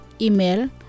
Email